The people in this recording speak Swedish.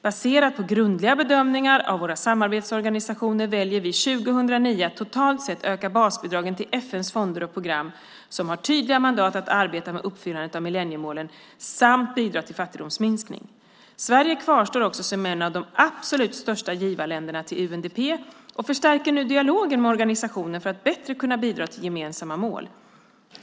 Baserat på grundliga bedömningar av våra samarbetsorganisationer väljer vi 2009 att totalt sett öka basbidragen till FN:s fonder och program som har tydliga mandat att arbeta med uppfyllandet av millenniemålen samt bidra till fattigdomsminskning. Sverige kvarstår som en av de absolut största givarländerna till UNDP och förstärker nu dialogen med organisationen för att bättre kunna bidra till gemensamma mål.